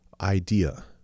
idea